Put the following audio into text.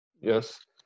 Yes